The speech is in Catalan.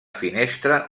finestra